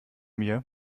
mir